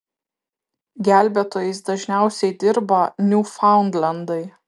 gelbėtojais dažniausiai dirba niūfaundlendai